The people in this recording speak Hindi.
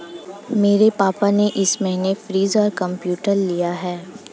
मेरे पापा ने इस महीने फ्रीज और कंप्यूटर लिया है